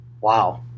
Wow